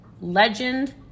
legend